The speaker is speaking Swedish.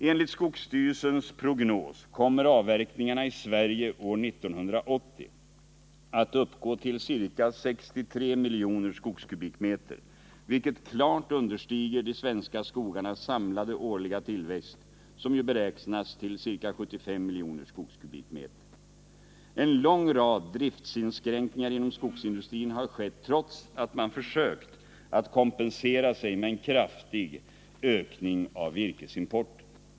Enligt skogsstyrelsens prognos kommer avverkningarna i Sverige år 1980 att uppgå till ca 63 miljoner skogskubikmeter, vilket klart understiger de svenska skogarnas samlade årliga tillväxt, som ju beräknas till ca 75 miljoner skogskubikmeter. En lång rad driftinskränkningar inom skogsindustrin har skett, trots att man försökt kompensera sig med en kraftig ökning av virkesimporten. "